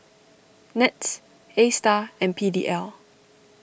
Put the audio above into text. Nets Astar and P D L